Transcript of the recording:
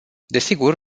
desigur